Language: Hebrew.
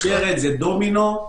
זה שרשרת, זה דומינו.